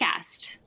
Podcast